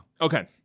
Okay